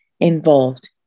involved